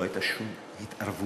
לא הייתה שום התערבות.